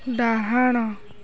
ଡାହାଣ